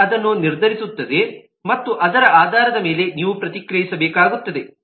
client ಅದನ್ನು ನಿರ್ಧರಿಸುತ್ತದೆ ಮತ್ತು ಅದರ ಆಧಾರದ ಮೇಲೆ ನೀವು ಪ್ರತಿಕ್ರಿಯಿಸಬೇಕಾಗುತ್ತದೆ